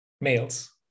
males